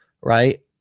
right